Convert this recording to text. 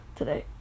today